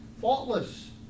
Faultless